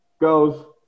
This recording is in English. goes